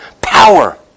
Power